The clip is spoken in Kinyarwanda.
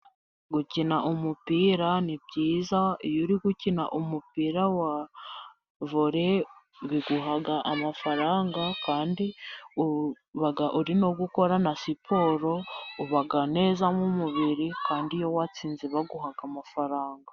Gukina umupira ni byiza, iyo uri gukina umupira wa vore biguha amafaranga, kandi uba uri no gukora na siporo, uba umeze neza mu mubiri, kandi iyo watsinze baguha amafaranga.